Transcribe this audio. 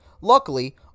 Luckily